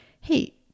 hey